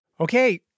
Okay